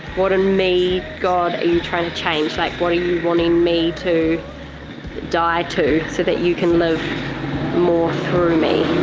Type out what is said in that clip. what, in me, god, are you trying to change? like what are you wanting me to die to so you can live more through me?